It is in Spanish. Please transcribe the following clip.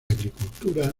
agricultura